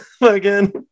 again